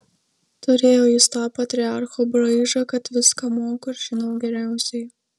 turėjo jis tą patriarcho braižą kad viską moku ir žinau geriausiai